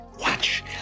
Watch